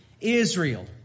Israel